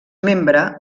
membre